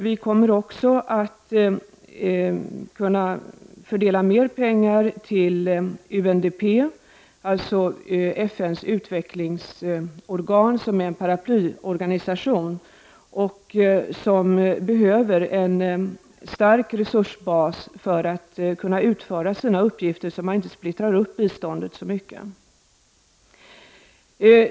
Vi kommer också att kunna fördela mer pengar till UNDP, FN:s utvecklingsorgan och som är en paraplyorganisation, som behöver en stark resursbas för att kunna utföra sina uppgifter utan att biståndet splittras upp alltför mycket.